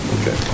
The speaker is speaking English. okay